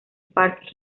park